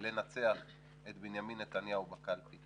לנצח את בנימין נתניהו בקלפי